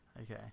Okay